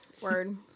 Word